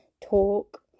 talk